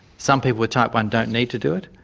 some people with type i don't need to do it,